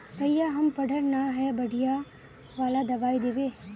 भैया हम पढ़ल न है बढ़िया वाला दबाइ देबे?